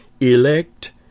elect